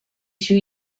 two